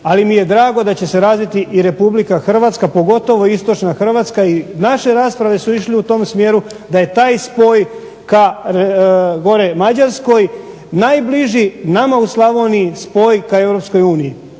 Ali mi je drago da će se razviti i RH, pogotovo Istočna Hrvatska i naše rasprave su išle u tom smjeru da je taj spoj ka gore Mađarskoj najbliži nama u Slavoniji spoj ka EU.